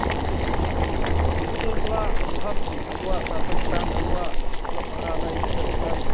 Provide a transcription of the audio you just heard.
reporter ᱠᱚᱣᱟᱜ ᱯᱨᱚᱵᱷᱟᱵ ᱪᱮᱫ ᱟᱵᱚᱣᱟᱜ ᱥᱟᱶᱛᱟ ᱪᱮᱛᱟᱱ ᱟᱵᱚᱣᱟᱜ ᱚᱞᱚᱜ ᱯᱟᱲᱦᱟᱣ ᱞᱟᱭ ᱞᱟᱠᱪᱟᱨ ᱪᱮᱛᱟᱱ